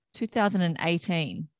2018